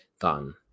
done